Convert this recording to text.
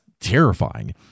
terrifying